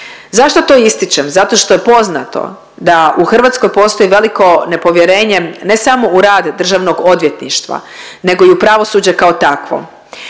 Zašto to ističem? Zato što je poznato da u Hrvatskoj postoji veliko nepovjerenje ne samo u rad državnog odvjetništva nego i u pravosuđe kao takvo.